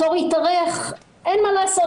התור יתארך אין מה לעשות,